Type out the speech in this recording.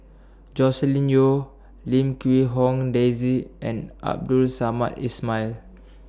Joscelin Yeo Lim Quee Hong Daisy and Abdul Samad Ismail